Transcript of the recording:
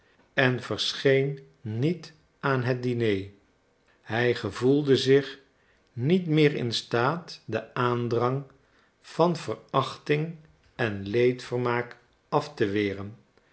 en verscheen niet aan het diner hij gevoelde zich niet meer in staat den aandrang van verachting en leedvermaak af te weren